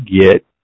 get